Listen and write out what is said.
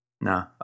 no